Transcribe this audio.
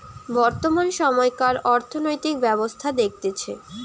বর্তমান সময়কার অর্থনৈতিক ব্যবস্থা দেখতেছে